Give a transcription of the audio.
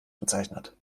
bezeichnet